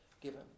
given